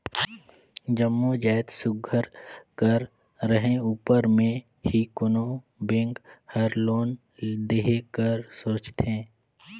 जम्मो जाएत सुग्घर कर रहें उपर में ही कोनो बेंक हर लोन देहे कर सोंचथे